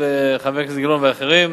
של חבר הכנסת גילאון ואחרים.